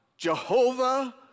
Jehovah